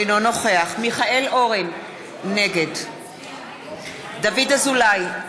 אינו נוכח מיכאל אורן, נגד דוד אזולאי,